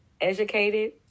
Educated